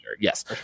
yes